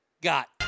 got